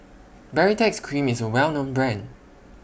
Baritex Cream IS A Well known Brand